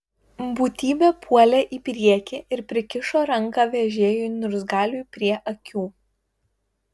būtybė puolė į priekį ir prikišo ranką vežėjui niurzgaliui prie akių